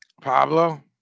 Pablo